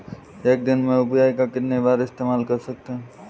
एक दिन में यू.पी.आई का कितनी बार इस्तेमाल कर सकते हैं?